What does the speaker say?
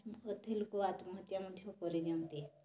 ଅଧେ ଲୋକ ଆତ୍ମହତ୍ୟା ମଧ୍ୟ କରି ଦିଅନ୍ତି